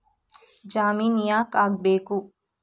ಜಾಮಿನ್ ಯಾಕ್ ಆಗ್ಬೇಕು?